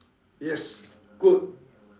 yes good